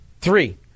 Three